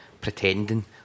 pretending